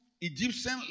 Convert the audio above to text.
Egyptian